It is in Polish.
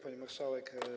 Pani Marszałek!